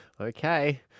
Okay